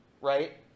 right